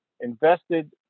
invested